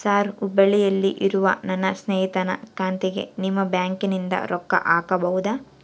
Sir ಹುಬ್ಬಳ್ಳಿಯಲ್ಲಿ ಇರುವ ನನ್ನ ಸ್ನೇಹಿತನ ಖಾತೆಗೆ ನಿಮ್ಮ ಬ್ಯಾಂಕಿನಿಂದ ರೊಕ್ಕ ಹಾಕಬಹುದಾ?